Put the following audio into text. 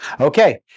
Okay